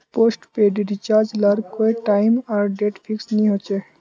postpaid recharge लार कोए time आर डेट फिक्स नि होछे